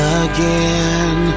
again